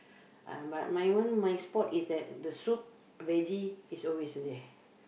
uh but my one my spot is that the soup veggie is always there